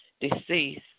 deceased